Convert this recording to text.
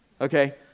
okay